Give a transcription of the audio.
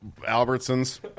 Albertsons